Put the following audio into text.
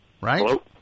Right